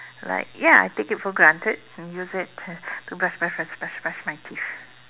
like ya I take it for granted I use it to to brush brush brush brush brush my teeth